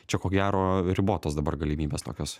čia ko gero ribotos dabar galimybės tokios